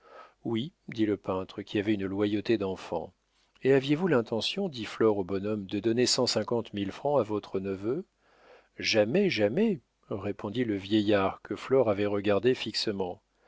oui dit le peintre qui avait une loyauté d'enfant et aviez-vous l'intention dit flore au bonhomme de donner cent cinquante mille francs à votre neveu jamais jamais répondit le vieillard que flore avait regardé fixement